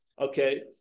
okay